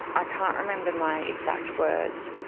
i can't remember my exact words,